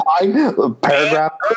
Paragraph